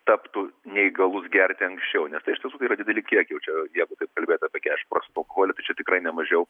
taptų neįgalus gerti anksčiau nes tai iš tiesų tai yra dideli kiekiai jau čia jeigu taip kalbėt apie keturiasdešim procentų alkoholį tai čia tikrai ne mažiau